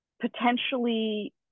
potentially